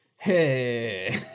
Hey